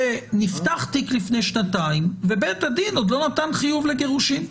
שנפתח תיק לפני שנתיים ובית הדין עוד לא נתן חיוב לגירושין.